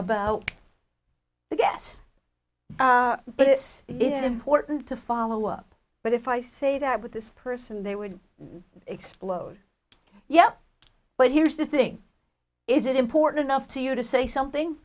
about the guests this is important to follow up but if i say that with this person they would explode yeah but here's the thing is it important enough to you to say something